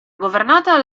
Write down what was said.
governata